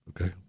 Okay